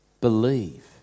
believe